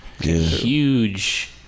huge